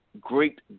great